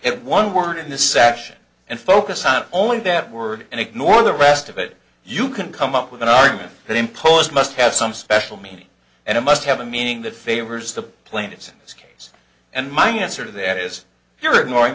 at one word in this section and focus on only that word and ignore the rest of it you can come up with an argument that imposed must have some special meaning and it must have a meaning that favors the plaintiffs ask and my answer to that is